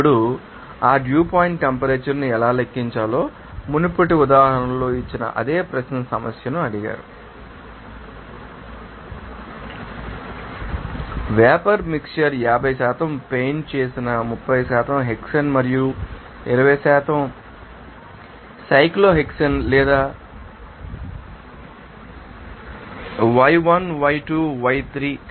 ఇప్పుడు ఆ dew point temperature ను ఎలా లెక్కించాలో మునుపటి ఉదాహరణలో ఇచ్చిన అదే ప్రశ్న సమస్యను అడిగారు వేపర్ మిక్శ్చర్ 50 పెయింట్ చేసిన 30 హెక్సేన్ మరియు 20 సైక్లోహెక్సేన్ లేదా y1 y2 y3